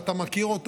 ואתה מכיר אותו.